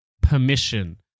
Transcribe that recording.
permission